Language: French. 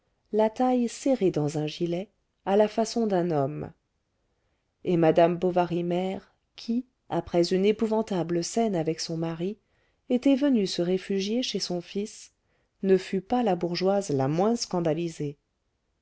la taille serrée dans un gilet à la façon d'un homme et madame bovary mère qui après une épouvantable scène avec son mari était venue se réfugier chez son fils ne fut pas la bourgeoise la moins scandalisée